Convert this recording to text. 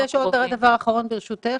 דבר האחרון ברשותך,